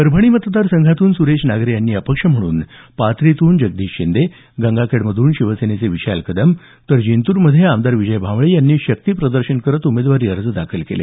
परभणी मतदारसंघातून सुरेश नागरे यांनी अपक्ष म्हणून पाथरीतून जगदीश शिंदे गंगाखेडमध्ये शिवसेनेचे विशाल कदम तर जिंतूरमध्ये आमदार विजय भांबळे यांनी शक्तीप्रदर्शन करत उमेदवारी अर्ज दाखल केले